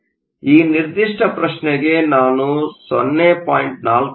ಆದ್ದರಿಂದ ಈ ನಿರ್ದಿಷ್ಟ ಪ್ರಶ್ನೆಗೆ ನಾನು 0